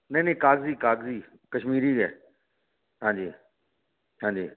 नेईं नेईं कागजी कागजी कश्मीरी गै हां जी